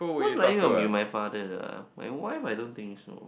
most likely will be my father ah my wife I don't think so